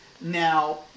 Now